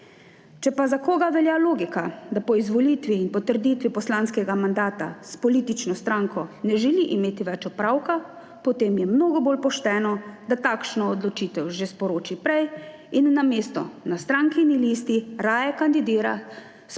Če pa za koga velja logika, da po izvolitvi in potrditvi poslanskega mandata s politično stranko ne želi imeti več opravka, potem je mnogo bolj pošteno, da takšno odločitev sporoči že prej in namesto na strankini listi raje kandidira s podpisi